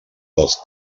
dels